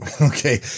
Okay